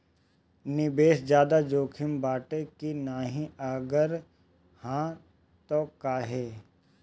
निवेस ज्यादा जोकिम बाटे कि नाहीं अगर हा तह काहे?